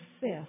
fifth